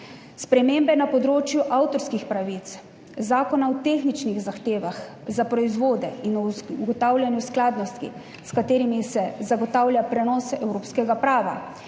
spremembe na področju avtorskih pravic, Zakona o tehničnih zahtevah za proizvode in o ugotavljanju skladnosti, s katerimi se zagotavlja prenos evropskega prava